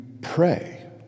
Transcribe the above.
pray